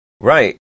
right